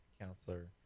Counselor